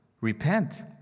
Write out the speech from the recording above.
Repent